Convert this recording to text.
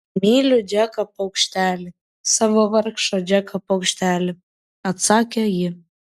myliu džeką paukštelį savo vargšą džeką paukštelį atsakė ji